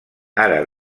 ara